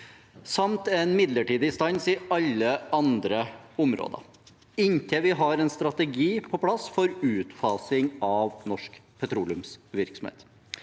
samt en midlertidig stans i alle andre områder inntil vi har en strategi på plass for utfasing av norsk petroleumsvirksomhet.